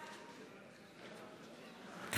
באה, באה.